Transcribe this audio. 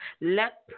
Let